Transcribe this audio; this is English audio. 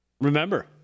Remember